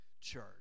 church